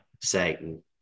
Satan